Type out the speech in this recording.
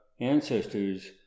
ancestors